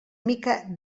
mica